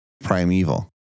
Primeval